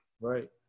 Right